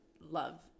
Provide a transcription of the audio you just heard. love